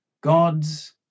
God's